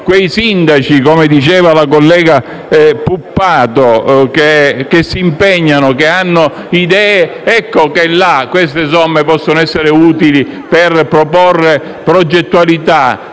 quei sindaci - come diceva la collega Puppato - che si impegnano e hanno idee, che queste somme possono essere utili per proporre progettualità